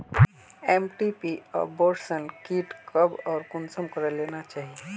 MTP abortion kit कब आर कुंसम करे लेना चही?